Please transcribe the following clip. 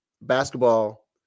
basketball